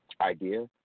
idea